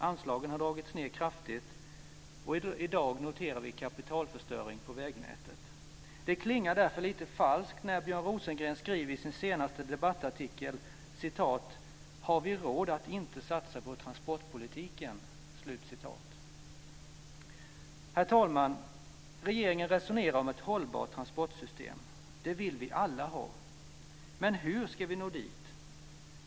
Anslagen har dragits ned kraftigt, och i dag noterar vi kapitalförstöring när det gäller vägnätet. Det klingar därför lite falskt när Björn Rosengren skriver i sin senaste debattartikel: "Har vi råd att inte satsa på transportpolitiken?" Herr talman! Regeringen resonerar om ett hållbart transportsystem. Det vill vi alla ha. Men hur ska vi nå dit?